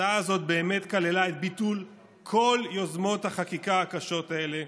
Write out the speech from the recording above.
ההצעה הזאת באמת כללה את ביטול כל יוזמות החקיקה הקשות האלה